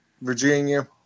Virginia